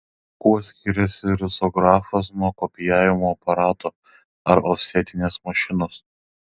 kuo skiriasi risografas nuo kopijavimo aparato ar ofsetinės mašinos